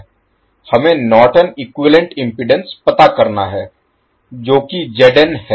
हमें Norton equivalent impedance पता करना है जो कि है